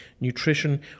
nutrition